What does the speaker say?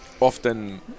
often